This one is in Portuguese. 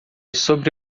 sobre